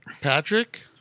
Patrick